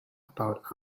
about